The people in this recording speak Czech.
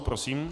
Prosím.